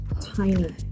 tiny